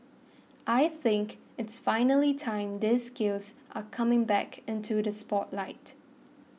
I think it's finally time these skills are coming back into the spotlight